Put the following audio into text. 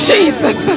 Jesus